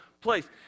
place